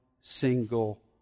single